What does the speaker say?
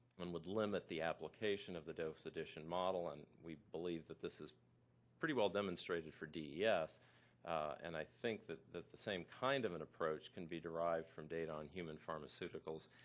and would limit the application of the dose addition model and we believe that this is pretty well-demonstrated for des and i think that that the same kind of an approach can be derived from data on human pharmaceuticals.